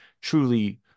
truly